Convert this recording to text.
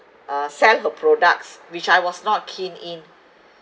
uh sell her products which I was not keen in